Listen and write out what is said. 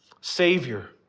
Savior